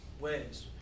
ways